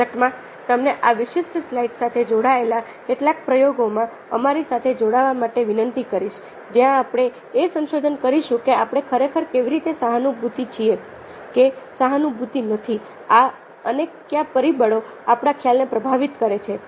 હકીકતમાં તમને આ વિશિષ્ટ સ્લાઇડ્સ સાથે જોડાયેલા કેટલાક પ્રયોગોમાં અમારી સાથે જોડાવા માટે વિનંતી કરીશજ્યાં આપણે એ સંશોધન કરીશું કે આપણે ખરેખર કેવી રીતે સહાનુભૂતિ છીએ કે સહાનૂભૂતિ નથી અને કયા પરિબળો આપણા ખ્યાલને પ્રભાવિત કરે છે